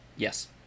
Yes